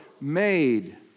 made